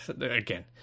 again